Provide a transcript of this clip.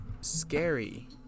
scary